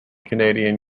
canadian